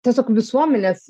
tiesiog visuomenės